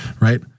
right